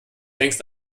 längst